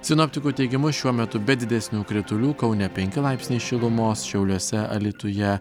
sinoptikų teigimu šiuo metu be didesnių kritulių kaune penki laipsniai šilumos šiauliuose alytuje